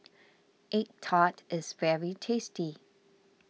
Egg Tart is very tasty